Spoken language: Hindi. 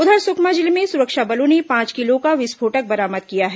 उधर सुकमा जिले में सुरक्षा बलों ने पांच किलो का विस्फोटक बरामद किया है